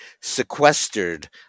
sequestered